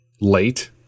late